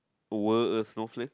were a snowflake